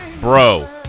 bro